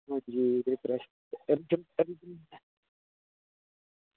refreshment